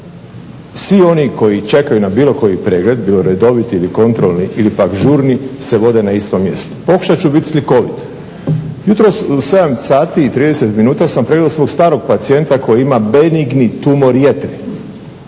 Svi oni koji čekaju na bilo koji pregled, bilo redoviti ili kontrolni ili pak žurni se vode na istom mjestu. Pokušat ću biti slikovit. Jutros u 7,30 sam pregledao svog starog pacijenta koji ima benigni tumor jetre